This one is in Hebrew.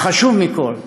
והחשוב מכול,